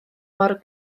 mor